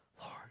Lord